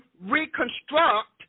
reconstruct